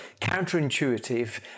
counterintuitive